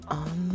on